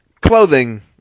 clothing